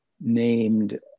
Named